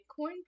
bitcoin